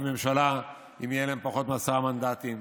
ממשלה אם יהיו להם פחות מעשרה מנדטים.